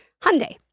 Hyundai